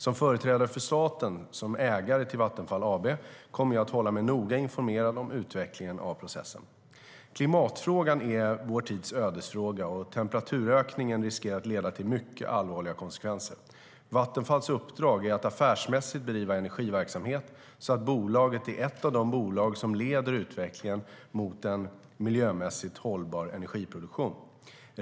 Som företrädare för staten som ägare till Vattenfall AB kommer jag att hålla mig noga informerad om utvecklingen av processen. Klimatfrågan är vår tids ödesfråga, och temperaturökningen riskerar att leda till mycket allvarliga konsekvenser. Vattenfalls uppdrag är att affärsmässigt bedriva energiverksamhet så att bolaget är ett av de bolag som leder utvecklingen mot en miljömässigt hållbar energiproduktion.